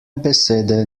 besede